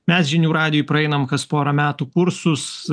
mes žinių radijuj praeinam kas porą metų kursus